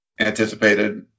anticipated